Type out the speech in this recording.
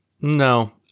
No